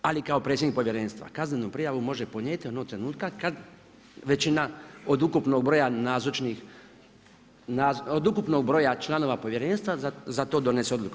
Ali kao predsjednik povjerenstva kaznenu prijavu može podnijeti onog trenutka kad većina od ukupnog broja nazočnih, od ukupnog broja članova povjerenstva za to donese odluku.